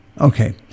okay